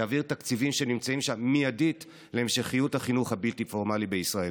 להעביר תקציבים שנמצאים שם מיידית להמשכיות החינוך הבלתי-פורמלי בישראל.